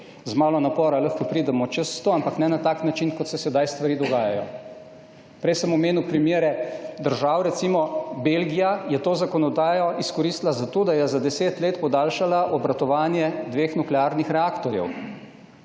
z malo napora lahko pridemo čez 100 %, ampak ne ne tak način, kot se sedaj stvari dogajajo. Prej sem omenil primere držav, recimo Belgija je to zakonodajo izkoristila za to, da je za 10 let podaljšala obratovanje dveh nuklearnih reaktorjev.